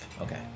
Okay